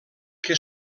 que